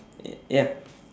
y~ ya